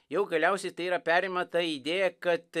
jau galiausiai tai yra perima tą idėją kad